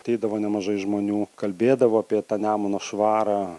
ateidavo nemažai žmonių kalbėdavo apie tą nemuno švarą